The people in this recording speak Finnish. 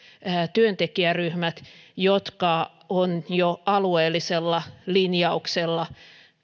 työntekijäryhmät jotka ovat jo alueellisella linjauksella